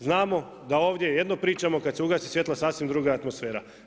Znamo da ovdje jedno pričamo, kad se ugase svjetla sasvim druga atmosfera.